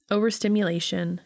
Overstimulation